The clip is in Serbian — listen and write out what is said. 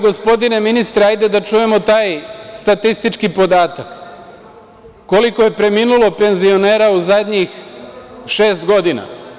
Gospodine ministre, da čujemo taj statistički podatak - koliko je preminulo penzionera u zadnjih šest godina?